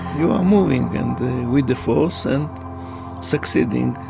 you are moving and with the force, and succeeding.